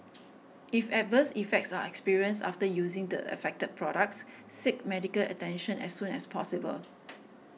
if adverse effects are experienced after using the affected products seek medical attention as soon as possible